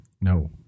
no